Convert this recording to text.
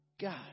God